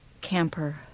Camper